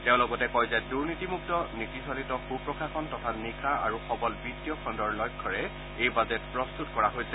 তেওঁ লগতে কয় যে দুৰ্নীতিমুক্ত নীতি চালিত সু প্ৰশাসন তথা নিকা আৰু সবল বিত্তীয় খণুৰ লক্ষ্যৰে এই বাজেট প্ৰস্তত কৰা হৈছে